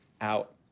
out